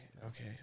Okay